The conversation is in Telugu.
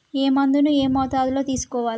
ఏ మందును ఏ మోతాదులో తీసుకోవాలి?